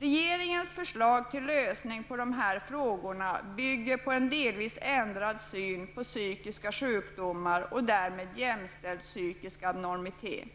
Regeringens förslag till lösning på dessa frågor bygger på en delvis ändrad syn på psykiska sjukdomar och därmed jämställd psykisk abnormitet.